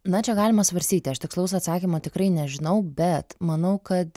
na čia galima svarstyti aš tikslaus atsakymo tikrai nežinau bet manau kad